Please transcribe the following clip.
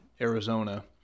arizona